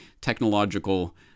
technological